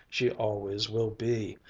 she always will be.